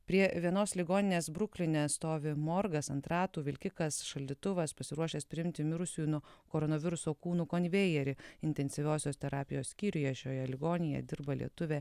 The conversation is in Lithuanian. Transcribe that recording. prie vienos ligoninės brukline stovi morgas ant ratų vilkikas šaldytuvas pasiruošęs priimti mirusiųjų nuo koronaviruso kūnų konvejerį intensyviosios terapijos skyriuje šioje ligoninėje dirba lietuvė